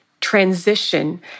transition